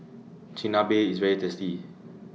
Chigenabe IS very tasty